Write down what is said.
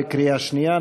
בקריאה שנייה.